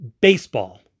baseball